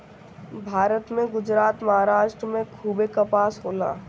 भारत में गुजरात, महाराष्ट्र में खूबे कपास होला